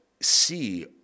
see